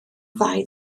ddau